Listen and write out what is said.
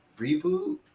reboot